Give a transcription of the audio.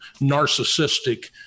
narcissistic